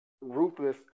ruthless